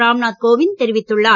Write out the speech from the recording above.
ராம்நாத் கோவிந்த் தெரிவித்துள்ளார்